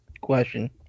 question